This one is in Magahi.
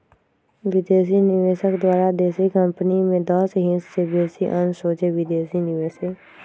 विदेशी निवेशक द्वारा देशी कंपनी में दस हिस् से बेशी अंश सोझे विदेशी निवेश हइ